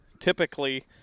typically